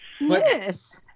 yes